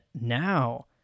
now